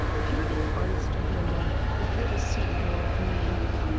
if you were the artist of your life, if you're the ceo of me inc.